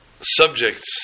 subjects